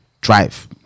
Drive